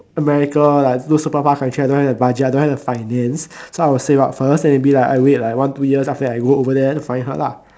America like those super far country I don't have the budget I don't have the finance so I will save up first then maybe like I wait like one two years then after that I go there to find her lah